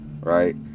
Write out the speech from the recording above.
right